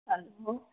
hello